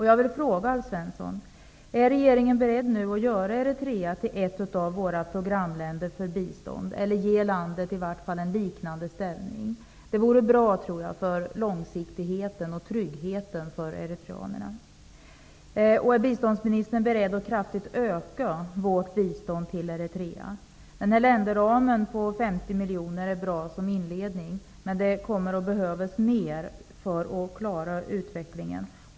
Jag vill fråga Alf Svensson: Är regeringen nu beredd att göra Eritrea till ett av våra programländer för bistånd eller i vart fall ge landet en liknande ställning? Jag tror att det vore bra för långsiktigheten och tryggheten för eritreanerna. Är biståndsministern beredd att kraftigt öka vårt bistånd till Eritrea? Den här länderramen på 50 miljoner är bra som inledning, men det kommer att behövas mer för att klara utvecklingen.